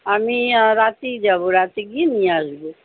আমি রাতেই যাবো রাতে গিয়ে নিয়ে আসবো